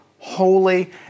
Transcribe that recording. holy